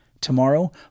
Tomorrow